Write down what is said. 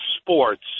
sports –